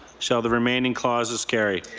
shall the remaining clauses carry?